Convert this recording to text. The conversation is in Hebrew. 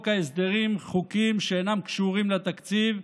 ההסדרים חוקים שאינם קשורים לתקציב.